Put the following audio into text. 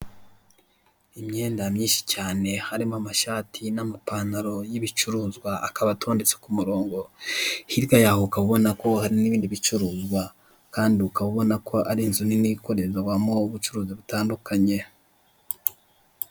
Imyenda myinshi cyane harimo amashati n'amapantalo y'ibicuruzwa akaba atondetse ku murongo hirya yaho ukaba ubona ko hari n'ibindi bicuruzwa kandi ukaba ubona ko ari inzu nini ikorerwamo ubucuruzi butandukanye.